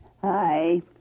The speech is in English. Hi